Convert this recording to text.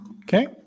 Okay